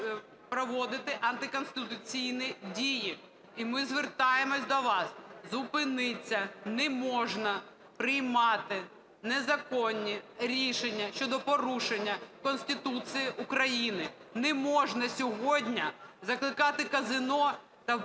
проводите антиконституційні дії. І ми звертаємось до вас: зупиніться, неможна приймати незаконні рішення щодо порушення Конституції України. Не можна сьогодні закликати казино та